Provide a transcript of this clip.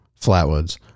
flatwoods